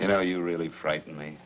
you know you really frighten